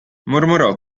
mormorò